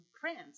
France